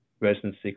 residency